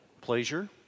pleasure